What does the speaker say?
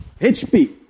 HP